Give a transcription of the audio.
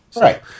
Right